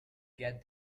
get